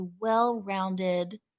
well-rounded